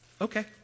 okay